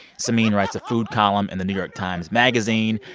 samin writes a food column in the new york times magazine.